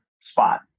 spot